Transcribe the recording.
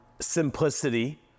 simplicity